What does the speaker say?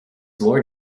more